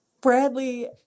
Bradley